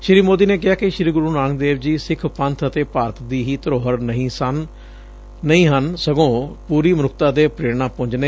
ਸ੍ੀ ਮੋਦੀ ਨੇ ਕਿਹਾ ਕਿ ਸ੍ੀ ਗੁਰੂ ਨਾਨਕ ਦੇਵ ਜੀ ਸਿੱਖ ਪੰਥ ਅਤੇ ਭਾਰਤ ਦੀ ਹੀ ਧਰੋਹਰ ਨਹੀਂ ਹਨ ਸਗੋਂ ਪੁਰੀ ਮਨੁੱਖਤਾ ਦੇ ਪ੍ਰੇਰਣਾ ਪੁੰਜ ਨੇ